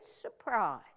surprise